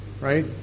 Right